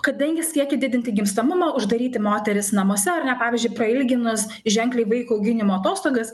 kadangi siekė didinti gimstamumą uždaryti moteris namuose ar ne pavyzdžiui prailginus ženkliai vaiko auginimo atostogas